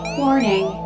warning